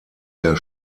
der